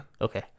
Okay